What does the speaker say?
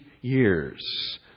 years